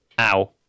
Ow